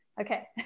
Okay